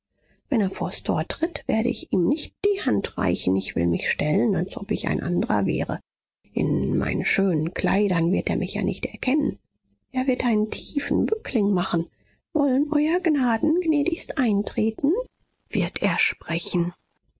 wenn er vors tor tritt werd ich ihm nicht die hand reichen ich will mich stellen als ob ich ein andrer wäre in meinen schönen kleidern wird er mich ja nicht erkennen er wird einen tiefen bückling machen wollen euer gnaden gnädigst eintreten wird er sprechen